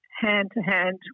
hand-to-hand